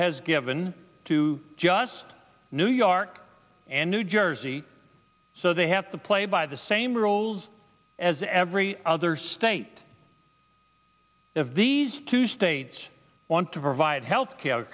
has given to just new york and new jersey so they have to play by the same rules as every other state of these two states want to provide health care